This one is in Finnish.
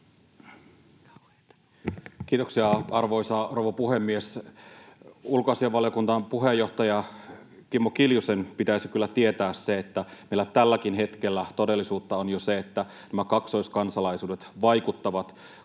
Kiitoksia, arvoisa rouva puhemies! Ulkoasiainvaliokunnan puheenjohtaja Kimmo Kiljusen pitäisi kyllä tietää se, että meillä tälläkin hetkellä todellisuutta on jo se, että nämä kaksoiskansalaisuudet vaikuttavat, kun